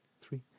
three